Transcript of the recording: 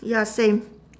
ya same